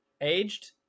aged